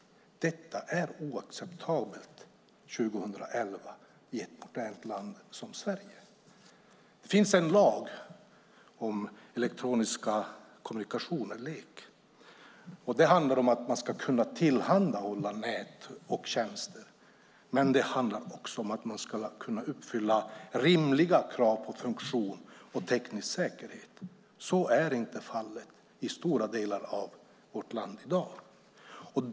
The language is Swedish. Detta är oacceptabelt år 2011 i ett modernt land som Sverige. Det finns en lag om elektronisk kommunikation, LEK. Den handlar om att man ska kunna tillhandahålla nät och tjänster. Den handlar också om att man ska kunna uppfylla rimliga krav på funktion och teknisk säkerhet. Men så är inte fallet i stora delar av vårt land i dag.